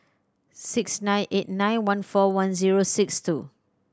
six nine eight nine one four one zero six two